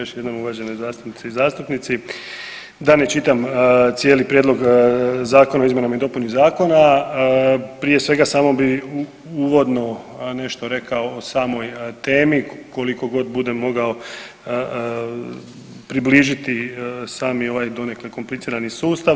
Još jednom uvažene zastupnice i zastupnici da ne čitam cijeli prijedlog zakona o izmjenama i dopuni zakona, prije svega samo bi uvodno nešto rekao o samoj temi koliko god budem mogao približiti sami ovaj donekle komplicirani sustav.